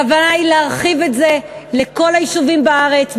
הכוונה היא להרחיב את זה לכל היישובים בארץ,